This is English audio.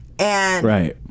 Right